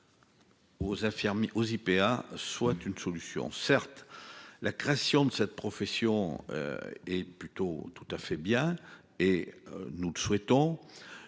Aux infirmiers aux IPA soit une solution. Certes la création de cette profession. Est plutôt tout à fait bien et nous le souhaitons,